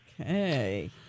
Okay